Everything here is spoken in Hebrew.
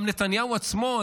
גם נתניהו עצמו,